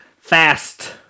fast